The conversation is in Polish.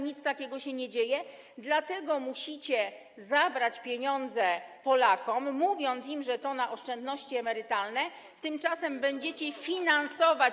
Nic takiego się nie dzieje, dlatego musicie zabrać pieniądze Polakom, mówiąc im, że to na oszczędności emerytalne, a tymczasem będziecie to finansować.